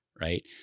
right